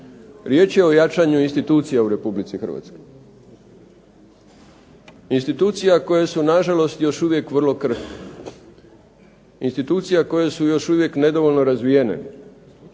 Riječ je o jačanju institucija u RH. Institucija koje su, nažalost, još uvijek vrlo krhke. Institucije koje su još uvijek nedovoljno razvijene